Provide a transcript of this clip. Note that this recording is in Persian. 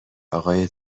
اقای